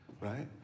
right